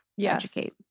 educate